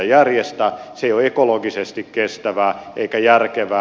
se ei ole ekologisesti kestävää eikä järkevää